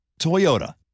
Toyota